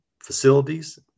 facilities